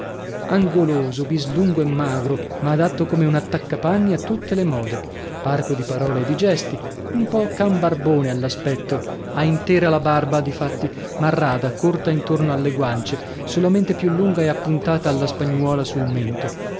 angoloso bislungo e magro ma adatto come un attaccapanni a tutte le mode parco di parole e di gesti un po can barbone all'aspetto ha intera la barba di fatti ma rada corta intorno alle guance solamente più lunga e appuntata alla spagnuola sul mento